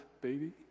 baby